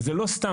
וזה לא סתם,